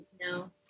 no